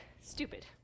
stupid